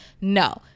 No